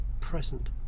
present